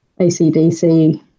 ACDC